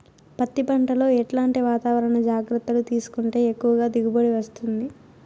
పత్తి పంట లో ఎట్లాంటి వాతావరణ జాగ్రత్తలు తీసుకుంటే ఎక్కువగా దిగుబడి వస్తుంది?